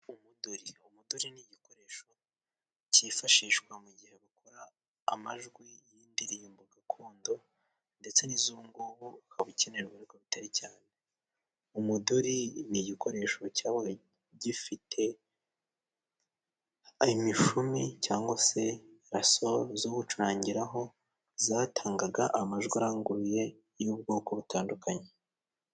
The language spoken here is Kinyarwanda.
Umuduri . Umuduri ni igikoresho cyifashishwa mu gihe bakora amajwi y'indirimbo gakondo ndetse n'izubu ngubu ukaba ukenerwa ariko bitari cyane umuduri ni igikoresho cyabaga gifite imishumi cyangwa se rasoro zo gucurangira ho zatangaga amajwi aranguruye y'ubwoko butandukanye.